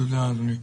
תודה, אדוני.